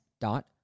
dot